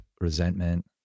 resentment